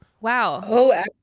wow